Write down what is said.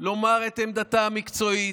לומר את עמדתה המקצועית,